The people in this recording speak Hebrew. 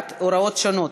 (הוראות שונות),